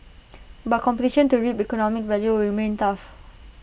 but competition to reap economic value remain tough